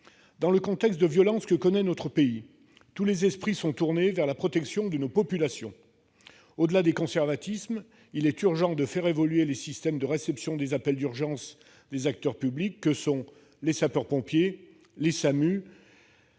Dans le contexte de violence que connaît notre pays, tous les esprits sont tournés vers la protection de nos populations. Au-delà des conservatismes, il est urgent de faire évoluer les systèmes de réception des appels d'urgence par les acteurs publics que sont les sapeurs-pompiers, les SAMU,